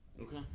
Okay